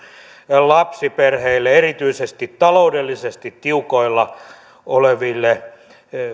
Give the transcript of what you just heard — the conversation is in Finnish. lapsiperheille erityisesti taloudellisesti tiukoilla oleville